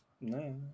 No